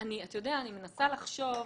אני מנסה לחשוב,